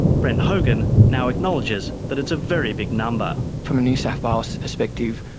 brent hogan now acknowledges that it's a very big number. from a new south wales perspective,